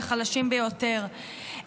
לחלשים ביותר,